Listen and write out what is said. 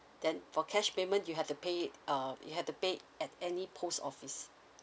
then for cash payment you have to pay it uh you have to pay at any post office